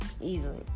Easily